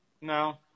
no